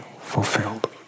fulfilled